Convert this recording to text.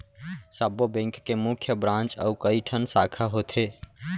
सब्बो बेंक के मुख्य ब्रांच अउ कइठन साखा होथे